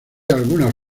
algunas